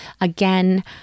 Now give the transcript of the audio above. again